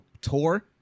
tour